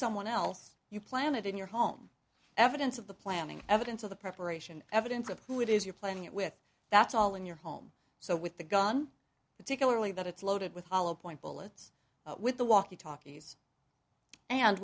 someone else you planted in your home evidence of the planting evidence of the preparation evidence of who it is you're planning it with that's all in your home so with the gun particularly that it's loaded with hollow point bullets with the walkie talkies and